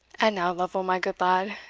and now, lovel, my good lad,